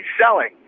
selling